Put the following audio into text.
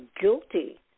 guilty